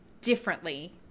differently